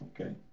Okay